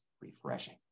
refreshing